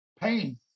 pain